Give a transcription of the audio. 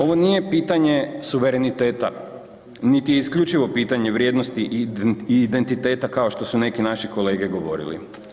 Ovo nije pitanje suvereniteta, niti je isključivo pitanje vrijednosti i identiteta kao što su neki naši kolege govorili.